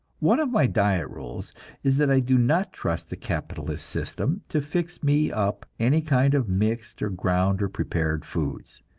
one of my diet rules is that i do not trust the capitalist system to fix me up any kind of mixed or ground or prepared foods.